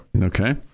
Okay